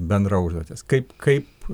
bendra užduotis kaip kaip